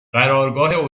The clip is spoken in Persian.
قرارگاه